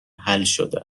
حلشده